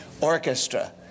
orchestra